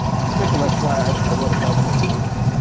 in particular, that's why i wrote a bytecode interpreter,